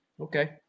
Okay